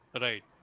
Right